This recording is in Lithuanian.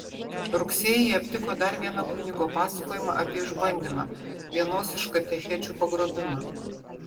rugsėjį ji aptiko dar vieną kunigo pasakojimą apie išbandymą vienos iš katechečių pagrobimą